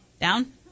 Down